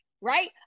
right